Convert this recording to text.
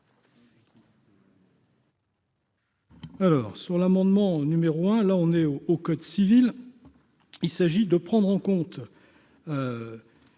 Alors sur l'amendement numéro un, là on est au au code civil, il s'agit de prendre en compte